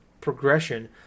progression